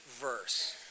verse